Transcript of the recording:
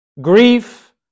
grief